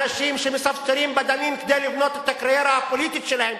אנשים שמספסרים בדמים כדי לבנות את הקריירה הפוליטית שלהם,